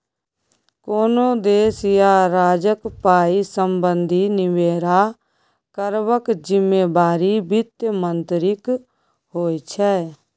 कोनो देश या राज्यक पाइ संबंधी निमेरा करबाक जिम्मेबारी बित्त मंत्रीक होइ छै